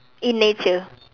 in nature